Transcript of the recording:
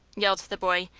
yelled the boy,